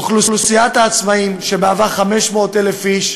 אוכלוסיית העצמאים, שהיא 500,000 איש,